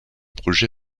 projet